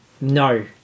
No